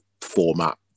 format